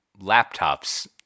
laptops